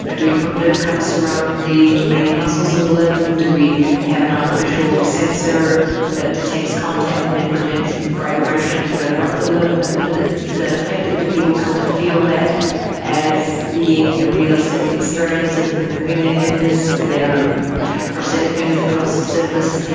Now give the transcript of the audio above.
and do we put nerve cuffs around the remaining muscles in the limb, do we have an artificial sensor that detects contact and then presents vibration further up the limb, and is that effective, do people come to feel that as being a realistic experience of moving their fingers, their prosthetic fingers across the surface?